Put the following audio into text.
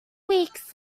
weeks